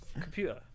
Computer